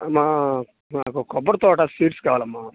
అమ్మ నాకు కొబ్బరి తోట సీడ్స్ కావాలమ్మ